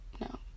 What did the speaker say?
no